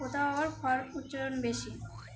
কোথাও আবার উচ্চারণ বেশি